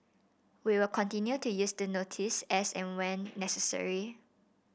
we will continue to use the notice as and when necessary